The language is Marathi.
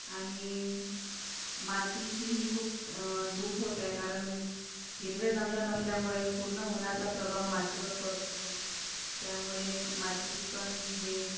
आणि मातीचीही खूप धूप होत आहे कारण हिरवी जंगलं नसल्यामुळे पूर्ण उन्हाचा प्रभाव मातीवर पडतो आहे त्यामुळे मातीची पण हे